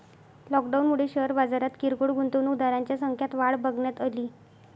लॉकडाऊनमुळे शेअर बाजारात किरकोळ गुंतवणूकदारांच्या संख्यात वाढ बघण्यात अली